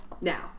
Now